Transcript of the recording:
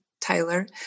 Tyler